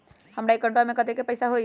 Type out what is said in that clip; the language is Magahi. हमार अकाउंटवा में कतेइक पैसा हई?